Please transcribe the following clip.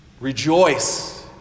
Rejoice